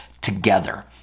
together